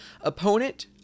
opponent